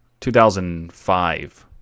2005